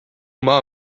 maa